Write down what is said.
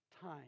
time